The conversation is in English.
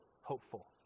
hopeful